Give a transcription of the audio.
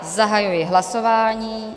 Zahajuji hlasování.